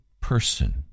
person